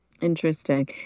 Interesting